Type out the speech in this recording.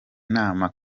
nama